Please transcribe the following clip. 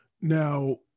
Now